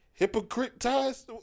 Hypocritized